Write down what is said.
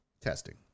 Testing